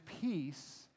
peace